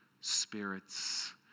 spirits